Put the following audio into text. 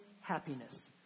happiness